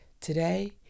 Today